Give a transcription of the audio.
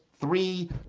three